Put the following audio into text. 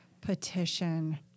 petition